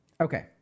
Okay